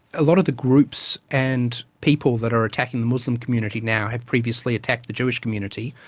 a lot of the groups and people that are attacking the muslim community now have previously attacked the jewish community,